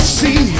see